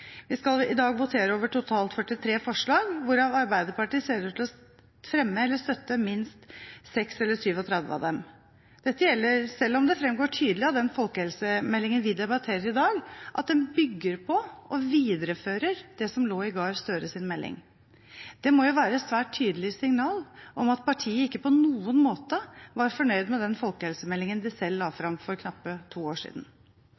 Vi skal i dag votere over totalt 43 forslag, hvorav Arbeiderpartiet ser ut til å fremme eller støtte 36 eller 37 av dem. Dette gjelder selv om det framgår tydelig av den folkehelsemeldingen vi debatterer i dag, at den bygger på og viderefører det som lå i Gahr Støres melding. Det må være et svært tydelig signal om at partiet ikke på noen måte var fornøyd med den folkehelsemeldingen de selv la fram for knappe to år siden.